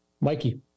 Mikey